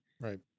Right